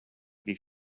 wie